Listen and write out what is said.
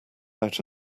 out